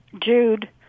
Jude